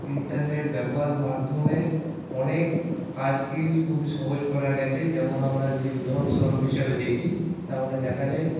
internet ব্যবহারের মাধ্যমে অনেক কাজকে খুবই সহজ করা গেছে যেমন আমরা যদি উদাহরণস্বরূপ হিসাবে দেখি তাহলে দেখা যায়